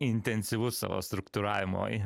intensyvus savo struktūravimo i